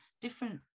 different